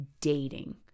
dating